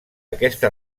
aquesta